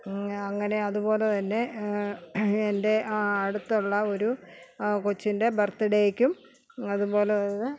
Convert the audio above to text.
അങ്ങനെ അതുപോലെ തന്നെ എൻ്റെ അടുത്തുള്ള ഒരു കൊച്ചിൻ്റെ ബർത്ത്ഡേക്കും അതുപോലെ തന്നെ